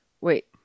Wait